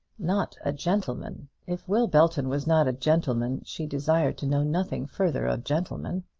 not a gentleman! if will belton was not a gentleman, she desired to know nothing further of gentlemen.